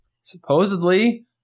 Supposedly